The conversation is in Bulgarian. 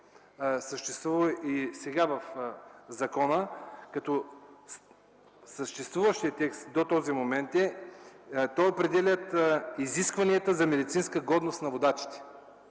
съществува и сега в закона. Съществуващият текст до този момент определя изискванията за медицинска годност на водачите.